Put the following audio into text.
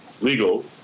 legal